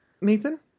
Nathan